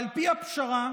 על פי הפשרה,